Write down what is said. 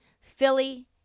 Philly